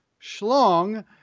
schlong